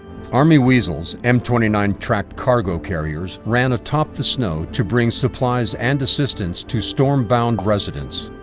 army weasels, m twenty nine tracked cargo carriers, ran atop the snow to bring supplies and assistance to storm-bound residents.